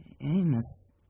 Amos